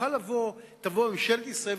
תוכל לבוא ממשלת ישראל,